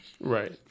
Right